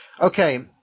Okay